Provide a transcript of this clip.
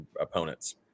opponents